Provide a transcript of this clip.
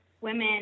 women